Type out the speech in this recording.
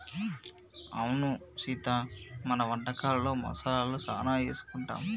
అవును సీత మన వంటకాలలో మసాలాలు సానా ఏసుకుంటాం